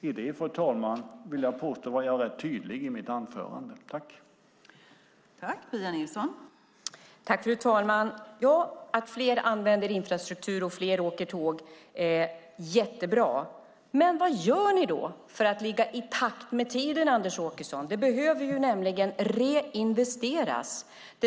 Med det var jag rätt tydlig i mitt anförande, vill jag påstå.